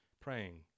praying